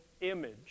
Image